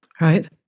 Right